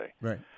Right